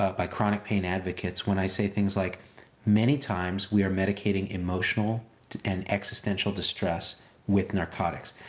by chronic pain advocates when i say things like many times, we are medicating emotional and existential distress with narcotics.